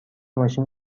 ماشین